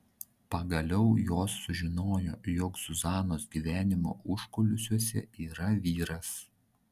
pagaliau jos sužinojo jog zuzanos gyvenimo užkulisiuose yra vyras